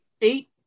Eight